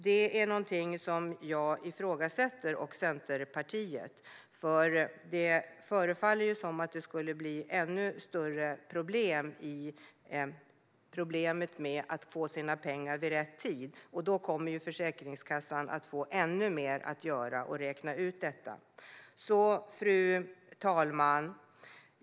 Det är någonting som jag och Centerpartiet ifrågasätter, för det förefaller som att det skulle bli ännu större problem med att få sina pengar vid rätt tid, och då kommer Försäkringskassan att få ännu mer att göra med att räkna ut detta. Fru talman!